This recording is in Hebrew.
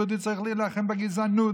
וצריך להילחם בגזענות,